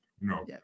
No